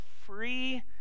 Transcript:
free